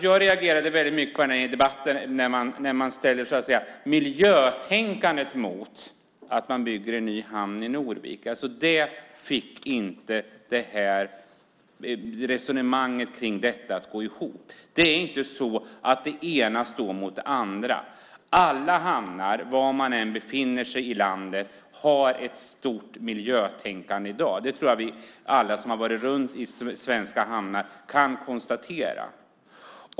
Jag reagerar när man ställer miljötänkande mot att man bygger en ny hamn i Norvik. Resonemanget om detta går inte ihop. Det ena står inte mot det andra. Det finns i alla hamnar i dag, var de än befinner sig i landet, ett stort miljötänkande. Det kan vi som har varit runt i svenska hamnar konstatera.